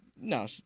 No